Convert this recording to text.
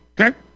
okay